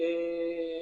משטרה,